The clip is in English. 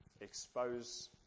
Expose